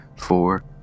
Four